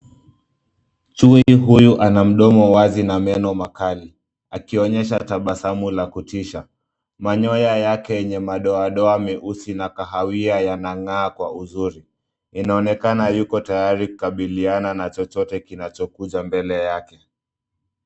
Chui huyu ana mdomo wazi na meno makali, akionyesha tabasamu la kutisha. Manyoya yake yenye madoadoa meusi na kahawia yananga'aa kwa uzuri. Inaonekana yuko tayari kukabiliana na chochote kinachokuja mbele yake.